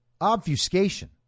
obfuscation